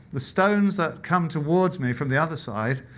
the stones that come towards me from the other side,